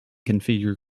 configure